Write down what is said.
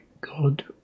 God